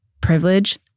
privilege